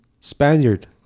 Spaniard